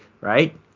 right